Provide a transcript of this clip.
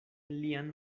lian